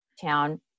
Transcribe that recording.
town